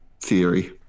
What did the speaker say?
theory